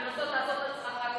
לנסות לעשות הקבלה כלשהי.